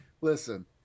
listen